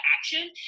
action